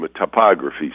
topography